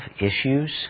issues